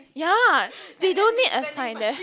ya they don't need a sign there